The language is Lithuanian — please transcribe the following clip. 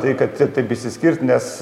tai kad taip išsiskirt nes